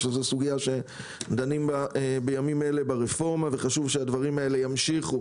חשוב שהדברים הללו ימשיכו